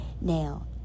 now